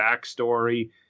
backstory